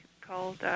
called